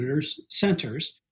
centers